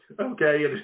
okay